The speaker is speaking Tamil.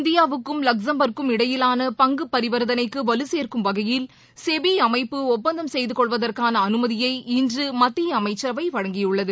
இந்தியாவுக்கும் லக்ஷம்பர்க்கும் இடையிலானபங்குபரிவர்த்தனைவலுசேர்க்கும் வகையில் செபிஅமைப்பு ஒப்பந்தம் செய்தகொள்வதற்னனஅனுமதிய இன்றுமத்தியஅமைச்சரவைவழங்கியுள்ளது